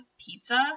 pizza